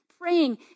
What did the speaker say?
praying